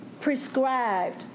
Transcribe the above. prescribed